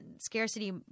scarcity